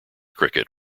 cricket